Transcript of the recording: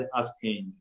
asking